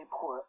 put